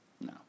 No